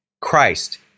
Christ